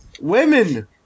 women